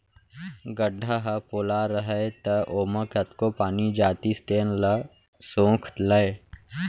गड्ढ़ा ह पोला रहय त ओमा कतको पानी जातिस तेन ल सोख लय